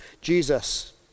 Jesus